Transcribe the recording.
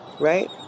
right